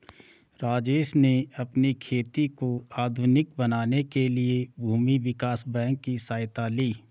राजेश ने अपनी खेती को आधुनिक बनाने के लिए भूमि विकास बैंक की सहायता ली